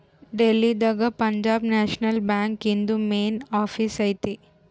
ಡೆಲ್ಲಿ ದಾಗ Punjab National Bank ಇಂದು main office ಐತಿ